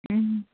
ꯎꯝ